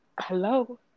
hello